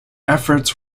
efforts